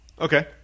Okay